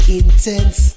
intense